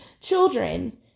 children